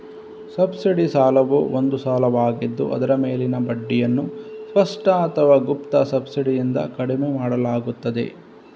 subsidy ಸಾಲವು ಒಂದು ಸಾಲವಾಗಿದ್ದು ಅದರ ಮೇಲಿನ ಬಡ್ಡಿಯನ್ನು ಸ್ಪಷ್ಟ ಅಥವಾ ಗುಪ್ತ ಸಬ್ಸಿಡಿಯಿಂದ ಕಡಿಮೆ ಮಾಡಲಾಗುತ್ತದೆ